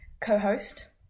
co-host